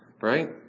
right